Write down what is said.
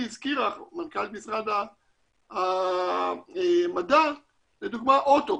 מנכ"לית מזכר המדע הזכירה לדוגמה אוטו,